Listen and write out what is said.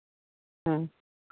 ᱦᱮᱸ